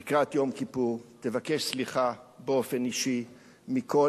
לקראת יום כיפור תבקש סליחה באופן אישי מכל